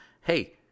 Hey